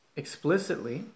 explicitly